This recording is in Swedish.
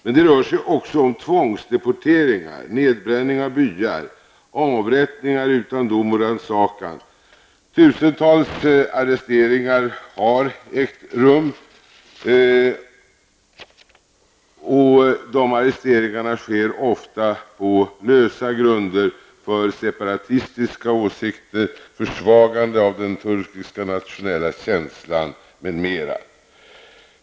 Men det rör sig också om tvångsdeporteringar, nedbränning av byar, avrättningar utan dom och rannsakan. Tusentals arresteringar har också ägt rum. Arresteringarna sker ofta på lösa grunder, för separatistiska åsikter, försvagande av den turkiska nationella känslan m.m.